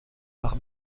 par